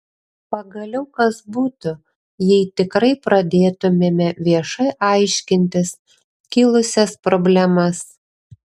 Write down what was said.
pagaliau kas būtų jei tikrai pradėtumėme viešai aiškintis kilusias problemas